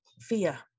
Fear